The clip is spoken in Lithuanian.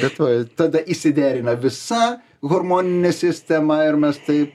bet va tada išsiderina visa hormoninė sistema ir mes tai